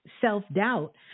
self-doubt